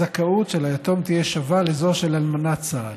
הזכאות של היתום תהיה שווה לזאת של אלמנת צה"ל.